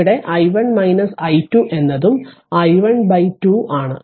ഇവിടെ i1 i2 എന്നതും i1 2 ആണ്